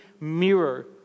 mirror